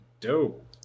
Dope